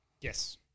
Yes